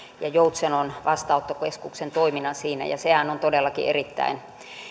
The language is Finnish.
ja joutsenon vastaanottokeskuksen toiminnan siinä ja sehän on todellakin erittäin